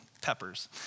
peppers